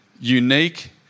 unique